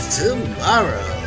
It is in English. tomorrow